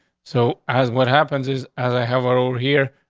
so as what happens is as i have a role here,